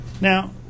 Now